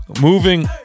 Moving